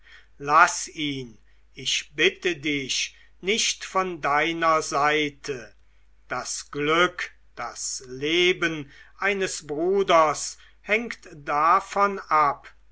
laß ihn ich bitte dich nicht von deiner seite das glück das leben eines bruders hängt davon ab